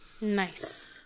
Nice